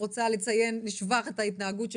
אני רוצה לציין לשבח את ההתנהגות של